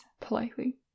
politely